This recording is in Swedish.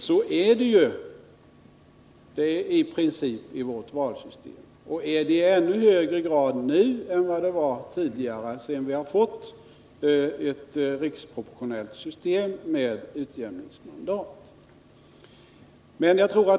Så är det ju i princip i vårt valsystem — i ännu högre grad nu än tidigare, eftersom vi har fått ett riksproportionellt system med utjämningsmandat.